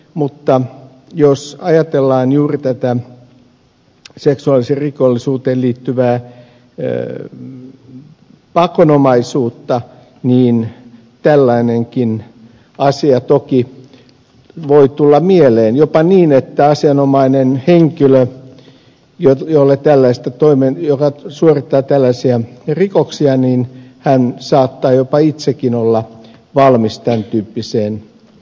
mutta jos ajatellaan juuri tätä seksuaalirikollisuuteen liittyvää pakonomaisuutta niin tällainenkin asia toki voi tulla mieleen jopa niin että asianomainen henkilöt jos ei ole tällaista henkilö joka suorittaa tällaisia rikoksia saattaa jopa itsekin olla valmis tämän tyyppiseen toimenpiteeseen